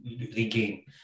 regain